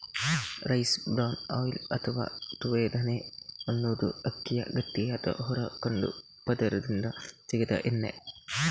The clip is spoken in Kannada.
ರೈಸ್ ಬ್ರಾನ್ ಆಯಿಲ್ ಅಥವಾ ತವುಡೆಣ್ಣೆ ಅನ್ನುದು ಅಕ್ಕಿಯ ಗಟ್ಟಿಯಾದ ಹೊರ ಕಂದು ಪದರದಿಂದ ತೆಗೆದ ಎಣ್ಣೆ